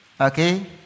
okay